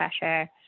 pressure